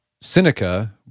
Seneca